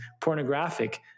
pornographic